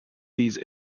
these